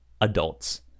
adults